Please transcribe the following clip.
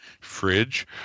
fridge